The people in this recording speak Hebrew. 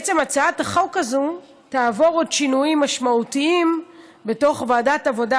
הצעת החוק הזאת תעבור עוד שינויים משמעותיים בוועדת העבודה,